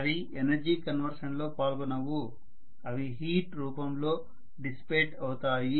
అవి energy conversion లో పాల్గొనవు అవి హీట్ రూపంలో డిసిపేట్ అవుతాయి